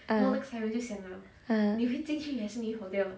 ah (uh huh)